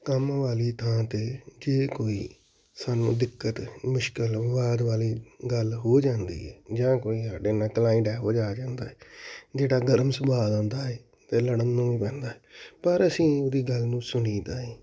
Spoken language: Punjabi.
ਕੰਮ ਵਾਲੀ ਥਾਂ 'ਤੇ ਜੇ ਕੋਈ ਸਾਨੂੰ ਦਿੱਕਤ ਮੁਸ਼ਕਿਲ ਬਾਹਰ ਵਾਲੀ ਗੱਲ ਹੋ ਜਾਂਦੀ ਹੈ ਜਾਂ ਕੋਈ ਸਾਡੇ ਨਾਲ ਕਲਾਇੰਟ ਇਹੋ ਜਿਹਾ ਆ ਜਾਂਦਾ ਜਿਹੜਾ ਗਰਮ ਸੁਭਾਅ ਦਾ ਹੁੰਦਾ ਹੈ ਅਤੇ ਲੜਨ ਨੂੰ ਰਹਿੰਦਾ ਪਰ ਅਸੀਂ ਉਹਦੀ ਗੱਲ ਨੂੰ ਸੁਣੀਦਾ ਹੈ